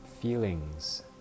feelings